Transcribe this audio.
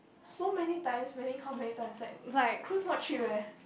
so many times meaning how many times like cruise not cheap eh